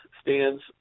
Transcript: stands